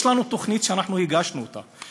יש לנו תוכנית, הגשנו אותה.